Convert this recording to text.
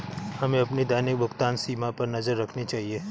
हमें अपनी दैनिक भुगतान सीमा पर नज़र रखनी चाहिए